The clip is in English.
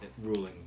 ruling